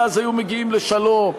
ואז היו מגיעים לשלום,